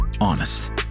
honest